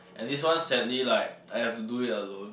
and this one sadly like I have to do it alone